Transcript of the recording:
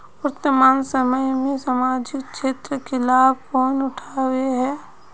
वर्तमान समय में सामाजिक क्षेत्र के लाभ कौन उठावे है?